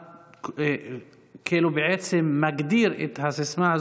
כאילו בעצם מגדיר את הסיסמה,